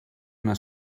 una